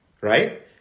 right